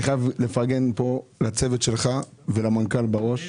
אני חייב לפרגן פה לצוות שלך ולמנכ"ל בראש.